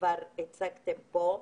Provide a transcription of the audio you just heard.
שנדחו?